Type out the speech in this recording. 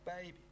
baby